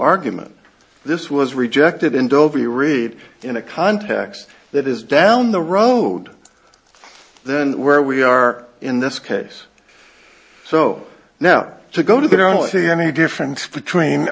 argument this was rejected in dover you read in a context that is down the road then where we are in this case so now to go to they don't see any difference between